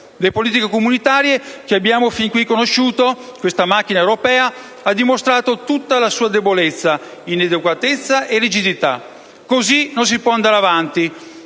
Le politiche comunitarie che abbiamo fin qui conosciuto, questa macchina europea, hanno dimostrato tutta la loro debolezza, inadeguatezza e rigidità. Così non si può andare avanti.